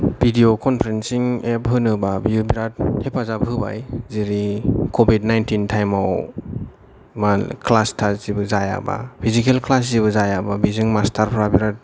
video conferencing एफ होनोबा बियो बिराद हेफाजाब होबाय जेरै क'विड नाइनटिन टाइमाव क्लास थास जेबो जायाबा फेजिकेल क्लास जेबो जायाबा बेजों मासथार फ्रा बिराद